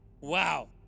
Wow